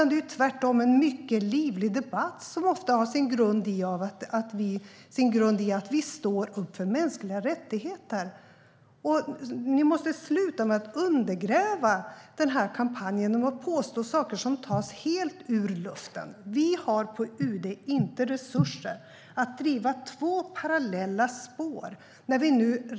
Det är tvärtom en mycket livlig debatt som ofta har sin grund i att vi står upp för mänskliga rättigheter. Ni måste sluta med att undergräva denna kampanj genom att påstå saker som tas helt ur luften. Vi har på UD inte resurser att driva två parallella spår.